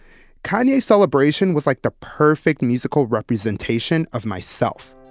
kanye's celebration was like the perfect musical representation of myself,